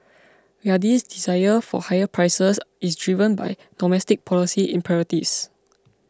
Riyadh's desire for higher prices is driven by domestic policy imperatives